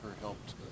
helped